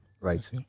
right